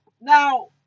Now